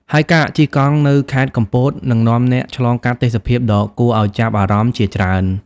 ហើយការជិះកង់នៅខេត្តកំពតនឹងនាំអ្នកឆ្លងកាត់ទេសភាពដ៏គួរឱ្យចាប់អារម្មណ៍ជាច្រើន។